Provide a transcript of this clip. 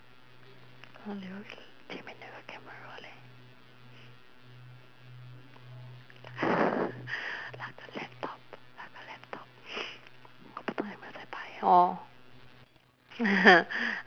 前面的人 camera leh 那个 laptop 那个我不懂有没有在拍 orh